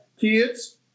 kids